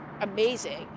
amazing